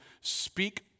speak